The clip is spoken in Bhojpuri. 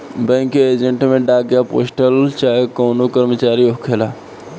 बैंक के एजेंट में डाक या पोस्टल चाहे कवनो कर्मचारी होखेला